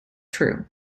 true